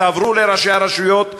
תעבירו לראשי הרשויות,